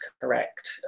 correct